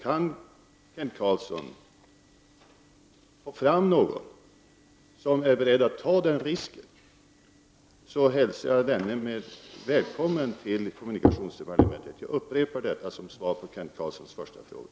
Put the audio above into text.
Kan Kent Carlsson få fram någon som är beredd att ta denna risk hälsar jag denne välkommen till kommunikationsdepartementet. Jag upprepar detta som svar på Kent Carlssons första fråga.